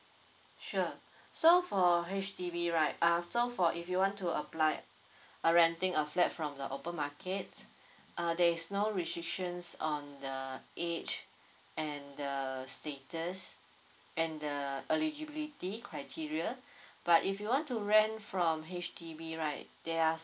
sure so for H_D_B right uh so for if you want to apply uh renting a flat from the open market uh there is no restrictions on the age and the status and the eligibility criteria but if you want to rent from H_D_B right there are